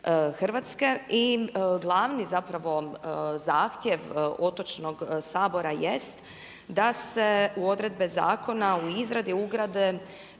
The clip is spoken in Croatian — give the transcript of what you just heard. RH. I glavni zahtjev Otočnog sabora jest da se u odredbe zakona u izradi ugrade